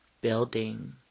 building